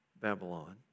Babylon